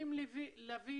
יכולים להביא